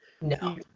No